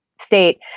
state